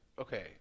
Okay